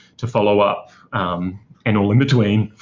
to follow-up, and all in between.